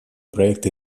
проект